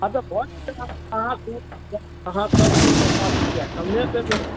घर अहाँ अहाँ सभकिछुमे पाँच रुपैआ कमे देबै